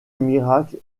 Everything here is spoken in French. miracle